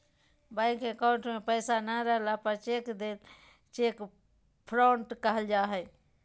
bank account में पैसा नय रहला पर चेक देल चेक फ्रॉड कहल जा हइ